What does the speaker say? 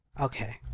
Okay